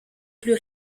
plus